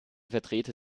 vertreter